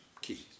key